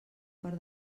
per